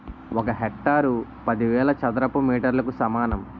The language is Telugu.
ఒక హెక్టారు పదివేల చదరపు మీటర్లకు సమానం